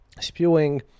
spewing